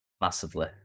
Massively